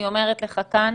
אני אומרת לך כאן,